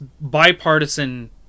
bipartisan